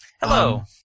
Hello